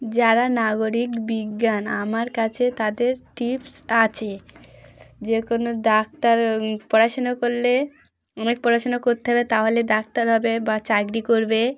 যারা নাগরিক বিজ্ঞান আমার কাছে তাদের টিপস আছে যে কোনো ডাক্তার ওই পড়াশুনা করলে অনেক পড়াশুনা করতে হবে তাহলে ডাক্তার হবে বা চাকরি করবে